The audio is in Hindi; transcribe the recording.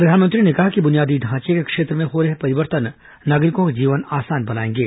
प्रधानमंत्री ने कहा कि बुनियादी ढांचे के क्षेत्र में हो रहे परिवर्तन नागरिकों का जीवन आसान बनाएंगे